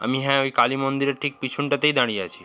আমি হ্যাঁ ওই কালী মন্দিরের ঠিক পিছনটাতেই দাঁড়িয়ে আছি